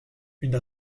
une